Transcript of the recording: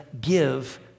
give